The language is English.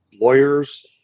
Lawyers